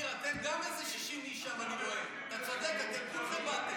ההסתייגות לחלופין (ב)